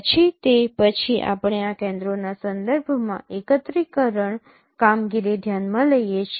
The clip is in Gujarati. પછી તે પછી આપણે આ કેન્દ્રોના સંદર્ભમાં એકત્રીકરણ કામગીરી ધ્યાનમાં લઈએ છીએ